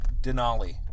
Denali